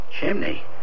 Chimney